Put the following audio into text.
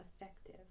effective